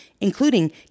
including